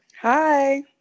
Hi